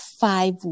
five